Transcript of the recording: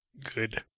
Good